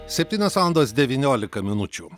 septynios valandos devyniolika minučių